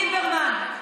ליברמן.